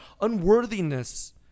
unworthiness